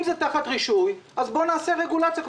אם זה תחת רישוי אז בואו נעשה רגולציה,